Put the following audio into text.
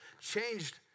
Changed